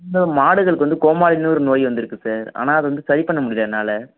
sir மாடுகளுக்கு வந்து கோமாரின்னு ஒரு நோய் வந்திருக்கு சார் ஆனால் அதை வந்து சரி பண்ண முடியலை என்னால்